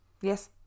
Yes